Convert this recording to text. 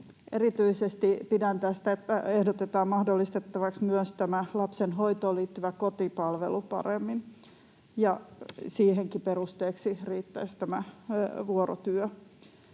tästä, että ehdotetaan mahdollistettavaksi myös tämä lapsen hoitoon liittyvä kotipalvelu paremmin ja siihenkin perusteeksi riittäisi vuorotyö.